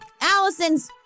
Allison's